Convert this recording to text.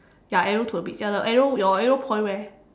ya arrow to the beach uh your arrow your arrow point where